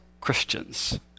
Christians